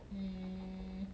um